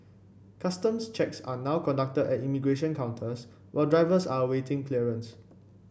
customs checks are now conducted at immigration counters while drivers are awaiting clearance